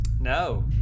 No